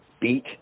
beat